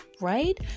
right